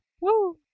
Woo